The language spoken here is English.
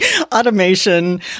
automation